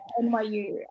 NYU